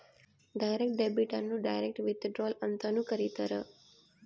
direct debit ಅನ್ನು direct withdrawal ಅಂತನೂ ಕರೀತಾರ